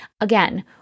Again